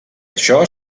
això